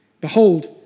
Behold